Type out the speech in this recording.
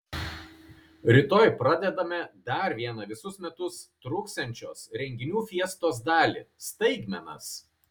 rytoj pradedame dar vieną visus metus truksiančios renginių fiestos dalį staigmenas